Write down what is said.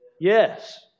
Yes